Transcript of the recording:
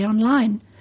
online